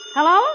Hello